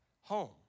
home